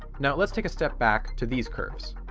now let's take a step back to these curves.